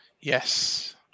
yes